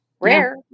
Rare